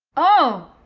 oh!